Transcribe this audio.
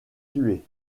tués